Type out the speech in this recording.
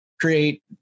create